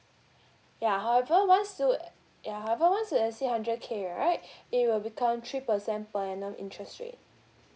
ya however once you ya however once you exceed hundred K right it will become three percent per annum interest rate